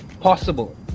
possible